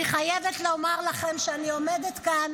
אני חייבת לומר לכם שאני עומדת כאן